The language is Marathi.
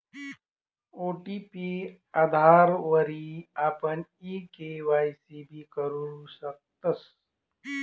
ओ.टी.पी आधारवरी आपण ई के.वाय.सी भी करु शकतस